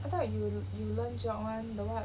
I thought you you learn geog [one] the what